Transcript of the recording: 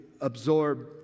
absorb